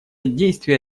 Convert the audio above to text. действий